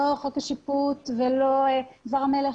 לא חוק השיפוט ולא דבר המלך,